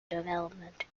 development